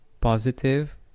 positive